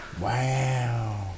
Wow